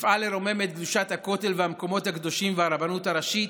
נפעל לרומם את קדושת הכותל והמקומות הקדושים והרבנות הראשית,